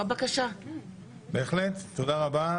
תודה רבה.